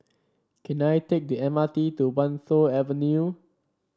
can I take the M R T to Wan Tho Avenue